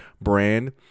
brand